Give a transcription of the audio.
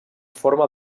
forma